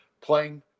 playing